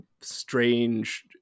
strange